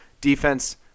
Defense